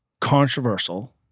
controversial